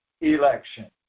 election